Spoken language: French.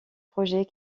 projets